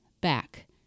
back